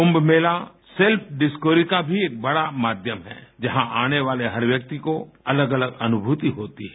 कुंभ Mela self discovery का भी एक बड़ा माध्यम है जहाँ आने वाले हर व्यक्ति को अलग अलग अनुभूति होती है